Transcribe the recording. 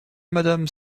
madame